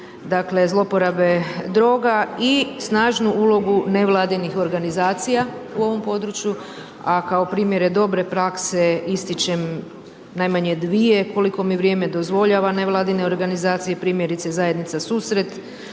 zlouporabe droga i snažnu ulogu nevladinih organizacija u ovom području, a kao primjere dobre prakse ističem najmanje dvije koliko mi vrijeme dozvoljava nevladine vladine organizacije, primjerice Zajednica susret,